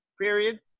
period